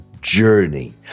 journey